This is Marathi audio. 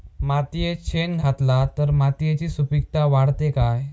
मातयेत शेण घातला तर मातयेची सुपीकता वाढते काय?